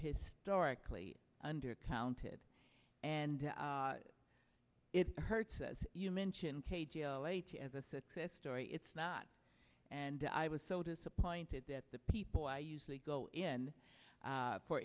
historically undercounted and it hurts as you mentioned as a success story it's not and i was so disappointed that the people i usually go in